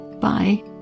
Bye